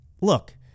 look